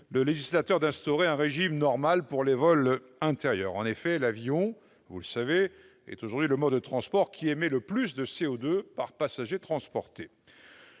le législateur d'instaurer un régime normal pour les vols intérieurs. En effet, l'avion est aujourd'hui le mode de transport qui émet le plus de C02 par passager transporté.